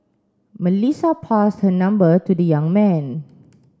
Melissa passed her number to the young man